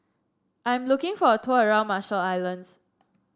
I am looking for a tour around Marshall Islands